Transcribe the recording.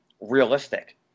realistic